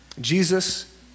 Jesus